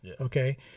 Okay